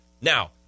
Now